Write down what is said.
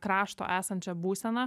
krašto esančią būseną